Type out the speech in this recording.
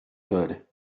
could